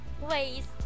ways